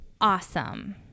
Awesome